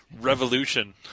Revolution